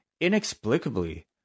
inexplicably